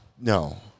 No